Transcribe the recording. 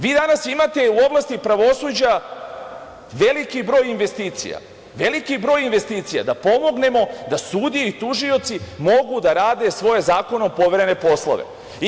Vi danas imate u oblasti pravosuđa veliki broj investicija da pomognemo da sudije i tužioci mogu da rade svoje zakonom poverene poslove.